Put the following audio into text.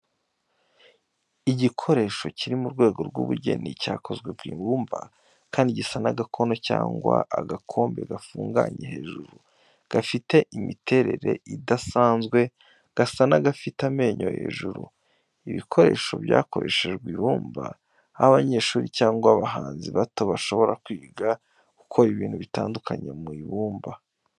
Igikoresho kiri mu rwego rw’ubugeni cyakozwe mu ibumba, kandi gisa n'agakono cyangwa agakombe gafunganye hejuru gafite imiterere idasanzwe, gasa n'agafite amenyo hejuru. Ibikoresho byakoreshejwe ibumba, aho abanyeshuri cyangwa abahanzi bato bashobora kwiga gukora ibintu bitandukanye mu ibumba.